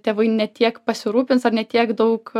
tėvai ne tiek pasirūpins ar ne tiek daug